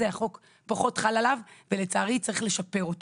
והחוק הזה פחות חל עליו ולצערי צריך לשפר אותו.